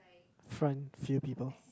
front few people